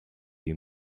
you